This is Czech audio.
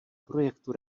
projektu